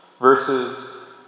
versus